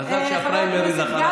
מזל שהפריימריז אחריו.